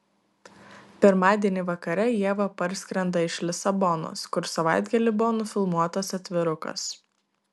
pirmadienį vakare ieva parskrenda iš lisabonos kur savaitgalį buvo nufilmuotas atvirukas